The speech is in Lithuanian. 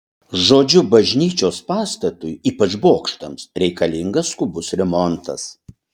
žodžiu bažnyčios pastatui ypač bokštams reikalingas skubus remontas